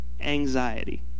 anxiety